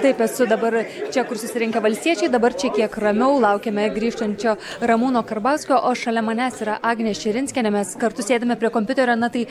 taip esu dabar čia kur susirenka valstiečiai dabar čia kiek ramiau laukiame grįžtančio ramūno karbauskio o šalia manęs yra agnė širinskienė mes kartu sėdime prie kompiuterio na tai